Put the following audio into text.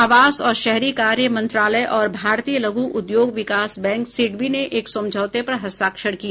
आवास और शहरी कार्य मंत्रालय और भारतीय लघु उद्योग विकास बैंक सिडबी ने एक समझौते पर हस्ताक्षर किए